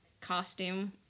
costume